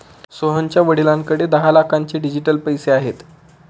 सोहनच्या वडिलांकडे दहा लाखांचे डिजिटल पैसे आहेत